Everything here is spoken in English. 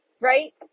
Right